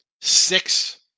Six